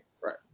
Right